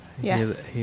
Yes